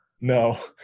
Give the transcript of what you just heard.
No